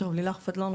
לילך פדלון,